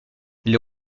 les